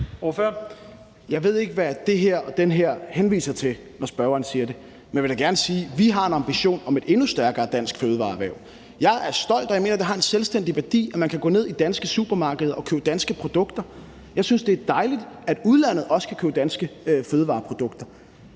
Jeg ved ikke, hvad det her og den her henviser til, når spørgeren siger det. Men jeg vil da gerne sige, at vi har en ambition om et endnu stærkere dansk fødevareerhverv. Jeg er stolt af, og jeg mener, det har en selvstændig værdi, at man kan gå ned i danske supermarkeder og købe danske produkter. Jeg synes også, det er dejligt, at udlandet kan købe danske fødevareprodukter.